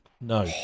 No